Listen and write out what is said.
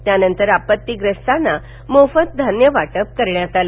त्यानंतर आपत्तीग्रस्तांना मोफत धान्यं वाटप करण्यात आलं